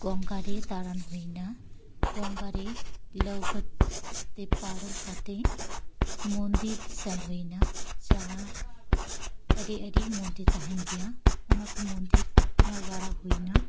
ᱠᱚᱝᱠᱟᱜᱮ ᱫᱟᱬᱟᱱ ᱦᱩᱭ ᱮᱱᱟ ᱠᱚᱝᱜᱟᱨᱮ ᱞᱟᱹᱣᱠᱟᱹ ᱛᱮ ᱯᱟᱨᱚᱢ ᱠᱟᱛᱮᱫ ᱢᱚᱱᱫᱤᱨ ᱥᱮᱱ ᱦᱩᱭ ᱮᱱᱟ ᱡᱟᱦᱟᱸ ᱟᱹᱰᱤ ᱟᱹᱰᱤ ᱢᱚᱱᱫᱤᱨ ᱛᱟᱦᱮᱱ ᱜᱮᱭᱟ ᱚᱱᱟ ᱠᱚ ᱢᱚᱱᱫᱤᱨ ᱧᱮᱞ ᱵᱟᱲᱟ ᱦᱩᱭ ᱮᱱᱟ